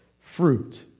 fruit